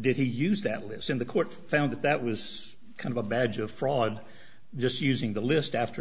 did he use that list in the court found that that was kind of a badge of fraud just using the list after